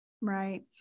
right